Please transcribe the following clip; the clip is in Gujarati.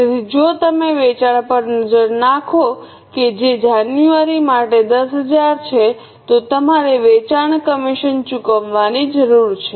તેથી જો તમે વેચાણ પર નજર નાખો કે જે જાન્યુઆરી માટે 10000 છે તો તમારે વેચાણ કમિશન ચૂકવવાની જરૂર છે